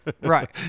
Right